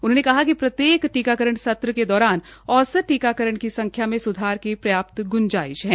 उन्होंने कहा कि प्रत्येक टीकाकरण सत्र के दौरान औसत टीकाकरण की संख्या में स्धार की पर्याप्त् ग्जांइश है